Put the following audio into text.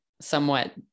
somewhat